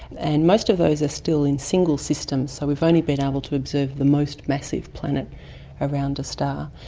and most of those are still in single systems, so we've only been able to observe the most massive planet around a star.